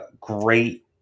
great